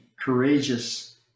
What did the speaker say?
courageous